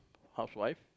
housewife